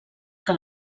que